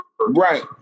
Right